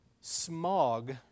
smog